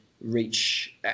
reach